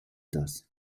das